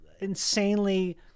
insanely